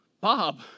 Bob